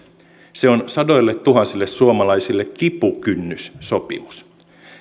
se on sadoilletuhansille suomalaisille kipukynnyssopimus